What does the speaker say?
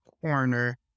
corner